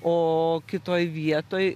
o kitoj vietoj